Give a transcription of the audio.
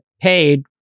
paid